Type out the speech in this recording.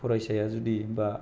फरायसाया जुदि बाह